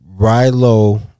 Rilo